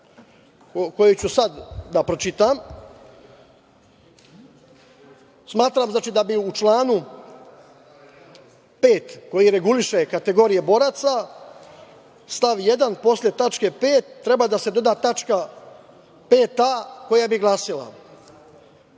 koji ću sada da pročitam. Smatram da bi u članu 5. koji reguliše kategorije boraca stav 1. posle tačke 5. treba da se doda tačka 5a. koja bi glasila,